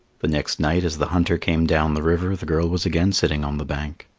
the next night as the hunter came down the river the girl was again sitting on the bank.